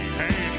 hey